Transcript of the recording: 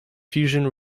fusion